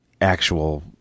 actual